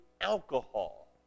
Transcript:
alcohol